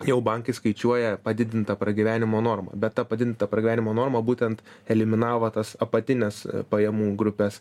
jau bankai skaičiuoja padidintą pragyvenimo normą bet ta padidinta pradarymo norma būtent eliminavo tas apatines pajamų grupes